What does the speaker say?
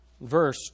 verse